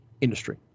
industry